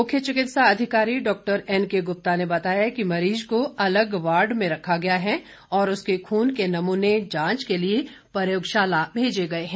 मुख्य चिकित्सा अधिकारी डॉक्टर एनके गुप्ता ने बताया कि मरीज को अलग वार्ड में रखा गया है और उसके खून के नमूने जांच के लिए प्रयोगशाला भेजे गए हैं